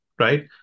right